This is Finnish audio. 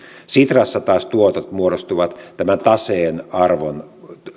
sitrassa taas tuotot muodostuvat tämän taseen arvon